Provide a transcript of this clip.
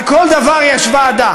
על כל דבר יש ועדה.